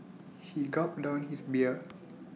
he gulped down his beer